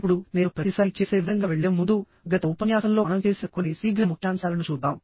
ఇప్పుడు నేను ప్రతిసారీ చేసే విధంగా వెళ్ళే ముందు గత ఉపన్యాసంలో మనం చేసిన కొన్ని శీఘ్ర ముఖ్యాంశాలను చూద్దాం